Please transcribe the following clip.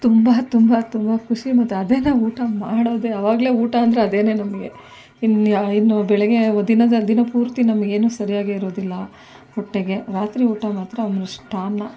ತುಂಬ ತುಂಬ ತುಂಬ ಖುಷಿ ಮತ್ತು ಅದೇ ನಾವು ಊಟ ಮಾಡೋದೆ ಆವಾಗಲೇ ಊಟ ಅಂದರೆ ಅದೇನೆ ನಮಗೆ ಇನ್ನು ಇನ್ನೂ ಬೆಳಗ್ಗೆ ದಿನದ ದಿನ ಪೂರ್ತಿ ನಮಗೇನು ಸರಿಯಾಗಿ ಇರೋದಿಲ್ಲ ಹೊಟ್ಟೆಗೆ ರಾತ್ರಿ ಊಟ ಮಾತ್ರ ಮೃಷ್ಟಾನ್ನ